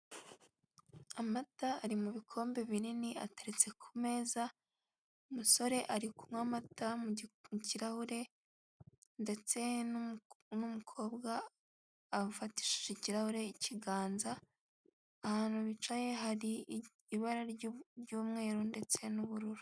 Amata ari mu bikombe binini ateretse ku meza, umusore ari kunywa amata mu kirahure, ndetse n'umukobwa afatishije ikirahure ikiganza, ahantu bicaye hari ibara ry'umweru ndetse n'ubururu.